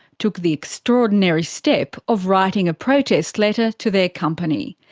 took the extraordinary step of writing a protest letter to their company.